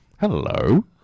Hello